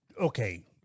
Okay